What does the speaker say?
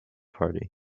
party